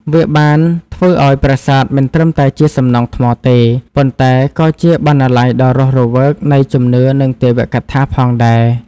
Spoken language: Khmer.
វាបានធ្វើឲ្យប្រាសាទមិនត្រឹមតែជាសំណង់ថ្មទេ ប៉ុន្តែក៏ជាបណ្ណាល័យដ៏រស់រវើកនៃជំនឿនិងទេវកថាផងដែរ។